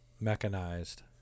mechanized